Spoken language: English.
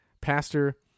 pastor